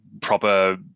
proper